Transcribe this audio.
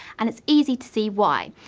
and it's easy to see why,